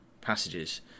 passages